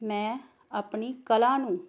ਮੈਂ ਆਪਣੀ ਕਲਾ ਨੂੰ